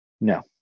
No